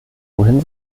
wohin